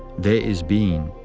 there is being.